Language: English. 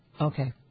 Okay